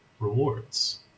Rewards